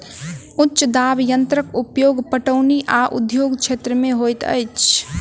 उच्च दाब यंत्रक उपयोग पटौनी आ उद्योग क्षेत्र में होइत अछि